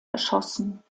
erschossen